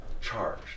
charge